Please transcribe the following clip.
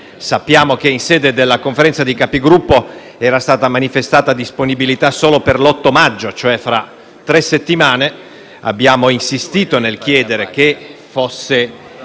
Sappiamo che in sede di Conferenza dei Capigruppo era stata manifestata disponibilità solo per l'8 maggio, cioè fra tre settimane. Abbiamo insistito nel chiedere che fosse